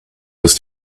was